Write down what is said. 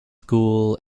school